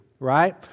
right